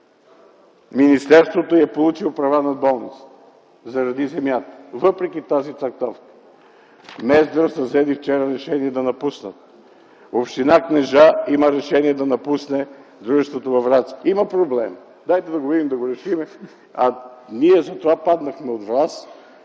министерството и е получил права над болницата, заради земята, въпреки тази трактовка. В Мездра са взели вчера решение да напуснат. Община Кнежа има решение да напусне дружеството във Враца. Има проблем - дайте да го видим и да го решим. Ние затова паднахме от